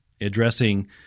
addressing